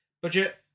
Budget